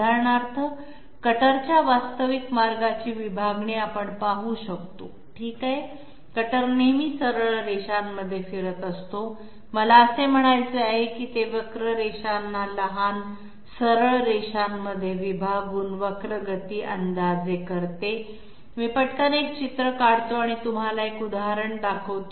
उदाहरणार्थ कटरच्या वास्तविक मार्गाची विभागणी आपण पाहू शकतो ठीक आहे कटर नेहमी सरळ रेषांमध्ये फिरत असतो मला असे म्हणायचे आहे की ते कर्वीलिनीअर रेषांना लहान सरळ रेषांमध्ये विभागून कर्वीलिनीअर गती अंदाजे करते मी पटकन एक चित्र काढतो आणि तुम्हाला एक उदाहरण दाखवतो